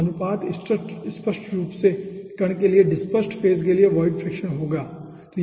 तो अनुपात स्पष्ट रूप से कण के लिए डिस्पेर्सेड फेज के लिए वोइड फ्रैक्शन होगा ठीक है